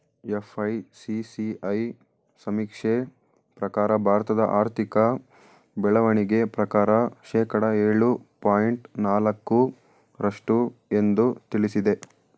FICCI ಸಮೀಕ್ಷೆ ಪ್ರಕಾರ ಭಾರತದ ಆರ್ಥಿಕ ಬೆಳವಣಿಗೆ ಪ್ರಕಾರ ಶೇಕಡ ಏಳು ಪಾಯಿಂಟ್ ನಾಲಕ್ಕು ರಷ್ಟು ಎಂದು ತಿಳಿಸಿದೆ